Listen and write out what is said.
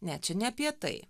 ne čia ne apie tai